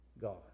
God